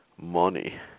money